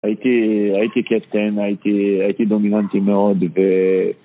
הייתי, הייתי קפטן, הייתי, הייתי דומיננטי מאוד ו...